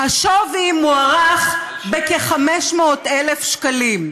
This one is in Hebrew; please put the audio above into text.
השווי מוערך ב-500,000 שקלים.